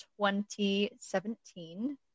2017